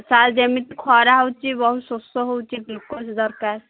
sir ଯେମିତି ଖରା ହେଉଛି ବହୁତ ଶୋଷ ହେଉଛି ଗ୍ଲୁକୋଜ୍ ଦରକାର